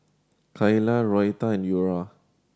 Kaela Noretta and Eura